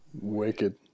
Wicked